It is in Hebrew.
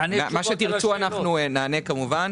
מה שתרצו אנחנו נענה כמובן.